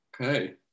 okay